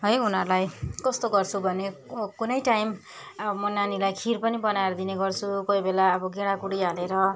है उनीहरूलाई कस्तो गर्छु भने कुनै टाइम म नानीलाई खिर पनि बनाएर दिने गर्छु कोही बेला अब गेडा गुडी हालेर